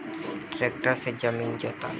tractor से जमीन जोताला